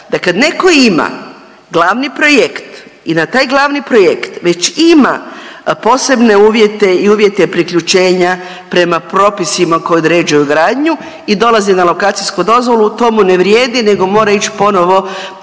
da kada netko ima glavni projekt i na taj glavni projekt već ima posebne uvjete i uvjete priključenja prema propisima koji određuju gradnju i dolazi na lokacijsku dozvolu, to mu ne vrijedi nego mora ići ponovo